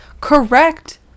Correct